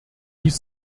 dies